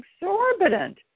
exorbitant